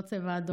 לא צבע אדום,